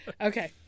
Okay